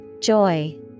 joy